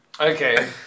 Okay